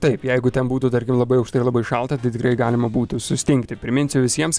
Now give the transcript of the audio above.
taip jeigu ten būtų tarkim labai aukštai ir labai šalta tai tikrai galima būtų sustingti priminsiu visiems